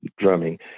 drumming